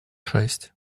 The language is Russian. шесть